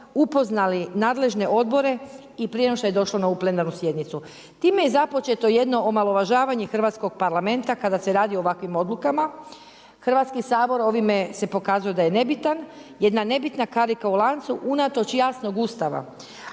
upoznali nadležne odbore i prije nego što je došlo na ovu plenarnu sjednicu. Time je započeto jedno omalovažavanje hrvatskog Parlamenta kada se radi o ovakvim odlukama. Hrvatski sabor ovime se pokazao da je nebitan, jedna nebitna karika u lancu unatoč jasnog Ustava.